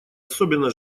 особенно